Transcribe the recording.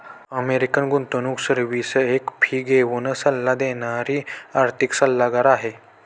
American गुंतवणूक service एक fee घेऊन सल्ला देणारी आर्थिक सल्लागार आहे